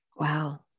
Wow